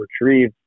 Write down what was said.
retrieve